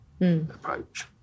approach